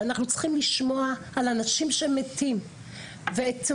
שאנחנו צריכים לשמוע על אנשים שמתים ואף אחד לא יודע מזה.